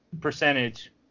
percentage